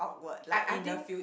I I think